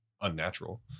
unnatural